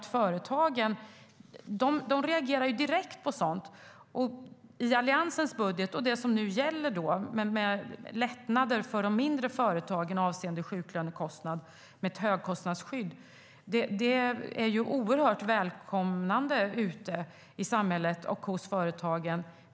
Företagen reagerar direkt. I Alliansens budget, som nu gäller, finns lättnader för de mindre företagen avseende sjuklönekostnad med hjälp av ett högkostnadsskydd, vilket välkomnas i samhället och hos företagen.